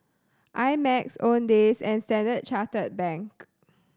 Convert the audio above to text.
I Max Owndays and Standard Chartered Bank